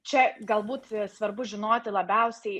čia galbūt svarbu žinoti labiausiai